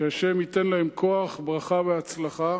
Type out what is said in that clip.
שהשם ייתן להם כוח, ברכה והצלחה